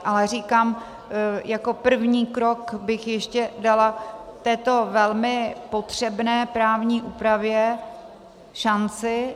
Ale říkám, jako první krok bych ještě dala této velmi potřebné právní úpravě šanci.